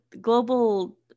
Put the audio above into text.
global